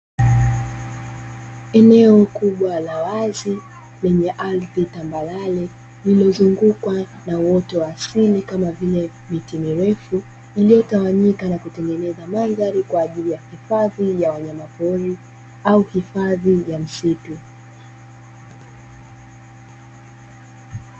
Eneo kubwa la wazi lenye ardhi tambarale, iliyozungukwa na uoto wa asili kama vile: miti mirefu iliyotawanyika na kutengeneza mandhari kwa ajili ya hifadhi ya wanyama pori au hifadhi ya msitu.